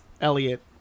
Elliot